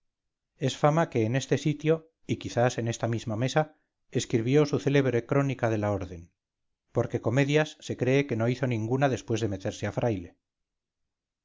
es fama que en este sitio y quizás en esta misma mesa escribiósu célebre crónica de la orden porque comedias se cree que no hizo ninguna después de meterse a fraile